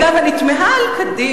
אגב, אני תמהה על קדימה.